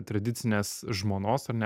tradicinės žmonos ar ne